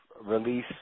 release